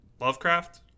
Lovecraft